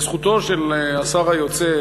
לזכותו של השר היוצא,